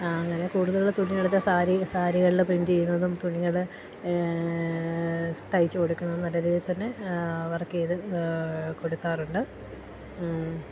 അങ്ങനെ കൂടുതൽ തുണിയെടുത്ത സാരി സാരികളിൽ പ്രിന്റ് ചെയ്യുന്നതും തുണികൾ സ് തയ്ച്ച് കൊടുക്കുന്നതും നല്ല രീതിയിൽ തന്നെ വർക്ക് ചെയ്ത് കൊടുക്കാറുണ്ട്